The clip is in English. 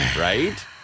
right